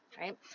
right